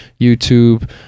YouTube